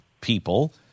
people